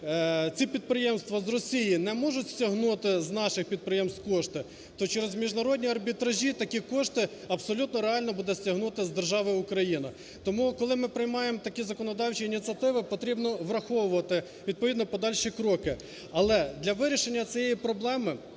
ці підприємства з Росії не можуть стягнути з наших підприємств кошти, то через міжнародні арбітражі такі кошти абсолютно реально буде стягнути з держави Україна. Тому коли ми приймаємо такі законодавчі ініціативи, потрібно враховувати, відповідно, подальші кроки. Але для вирішення цієї проблеми,